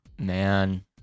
Man